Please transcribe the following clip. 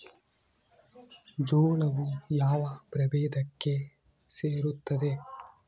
ಜೋಳವು ಯಾವ ಪ್ರಭೇದಕ್ಕೆ ಸೇರುತ್ತದೆ?